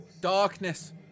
darkness